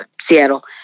Seattle